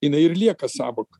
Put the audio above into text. jinai ir lieka sąvoka